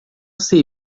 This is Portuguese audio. sei